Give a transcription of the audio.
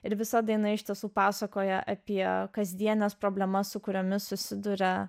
ir visa daina iš tiesų pasakoja apie kasdienes problemas su kuriomis susiduria